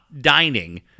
dining